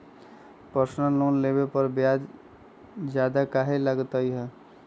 Personal loan लेबे पर ब्याज ज्यादा काहे लागईत है?